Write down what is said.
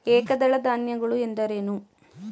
ಏಕದಳ ಧಾನ್ಯಗಳು ಎಂದರೇನು?